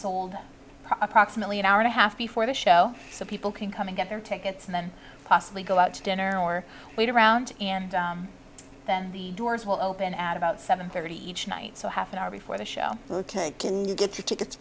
sold approximately an hour and a half before the show so people can come and get their tickets and then possibly go out to dinner or wait around and then the doors will open at about seven thirty each night so half an hour before the show ok can you get to tickets